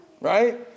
right